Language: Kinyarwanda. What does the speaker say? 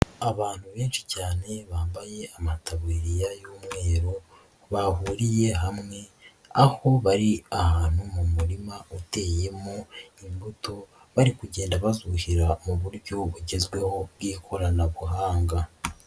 Abantu benshi cyane bambaye amataburiya y'umweru bahuriye hamwe, aho bari ahantu mu murima uteyemo imbuto bari kugenda bazuhira mu buryo bugezweho bw'ikoranabuhanga.